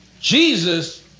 Jesus